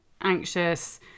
anxious